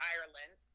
Ireland